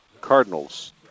cardinals